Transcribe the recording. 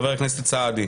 חבר הכנסת סעדי.